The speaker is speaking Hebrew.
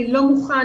אני לא מוכן,